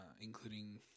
including